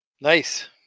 Nice